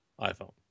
iPhone